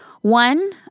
one